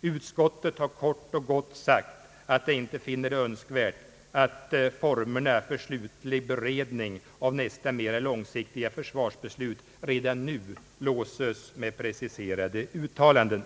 Utskottet har kort och gott sagt att det inte är önskvärt att formerna för slutlig beredning av nästa mera långsiktiga försvarsbeslut redan nu låses med preciserade uttalanden.